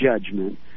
judgment